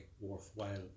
worthwhile